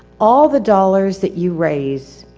all the dollars that you raise.